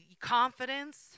confidence